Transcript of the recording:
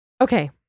Okay